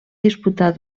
disputar